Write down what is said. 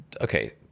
okay